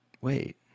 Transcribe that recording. Wait